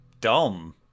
dumb